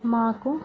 మాకు